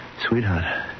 Sweetheart